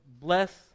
bless